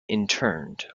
interned